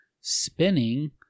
Spinning